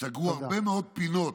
סגרו הרבה מאוד פינות